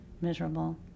miserable